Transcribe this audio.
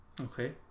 okay